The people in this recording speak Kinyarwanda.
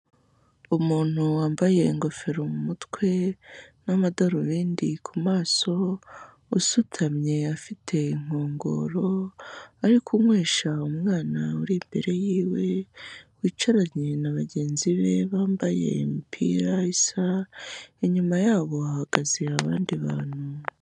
Umuntu wambaye ingofero mu mutwe n'amadarubindi ku maso, usutamye afite inkongoro, ari kunywesha umwana uri imbere y'iwe, wicaranye na bagenzi be bambaye imipira isa, inyuma yabo hahagaze abandi bantu.